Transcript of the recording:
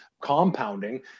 compounding